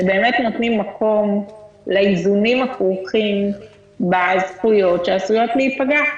שבאמת נותנים מקום לאיזונים הכרוכים בזכויות שעלולות להיפגע.